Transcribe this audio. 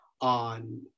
on